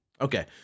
Okay